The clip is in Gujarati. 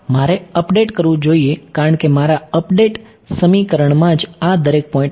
મારે અપડેટ કરવું જોઈએ કારણકે મારા અપડેટ સમીકરણમાં જ આ દરેક પોઈન્ટ હશે